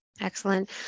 Excellent